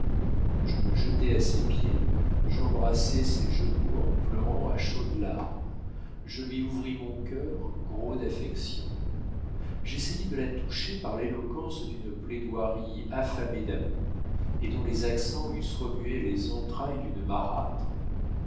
je me jetai à ses pieds j'embrassai ses genoux en pleurant à chaudes larmes je lui ouvris mon cœur gros d'affection j'essayai de la toucher par l'éloquence d'une plaidoirie affamée d'amour et dont les accents eussent remué les entrailles d'une marâtre